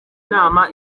nama